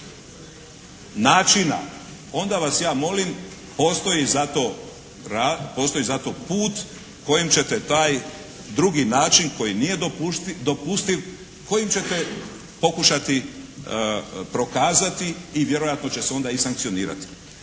načina onda vas ja molim, postoji za to put kojim ćete taj drugi način koji nije dopustiv, kojim ćete pokušati prokazati i vjerojatno će se onda i sankcionirati.